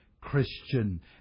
Christian